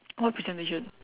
what presentation